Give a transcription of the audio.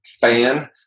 fan